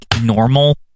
normal